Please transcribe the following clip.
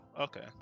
Okay